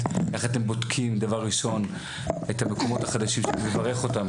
איך אתם בודקים את המקומות החדשים שאני מברך אותם,